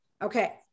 Okay